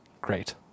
great